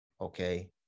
okay